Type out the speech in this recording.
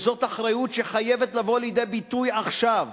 וזאת אחריות שחייבת לבוא לידי ביטוי עכשיו.